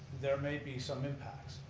there may be some impacts.